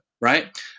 right